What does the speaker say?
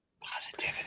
Positivity